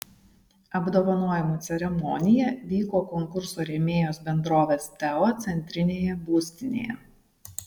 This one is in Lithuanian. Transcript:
apdovanojimų ceremonija vyko konkurso rėmėjos bendrovės teo centrinėje būstinėje